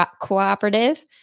cooperative